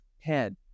head